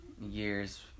years